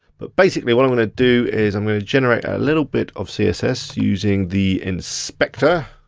but basically what i'm gonna do is i'm gonna generate a little bit of css, using the inspector.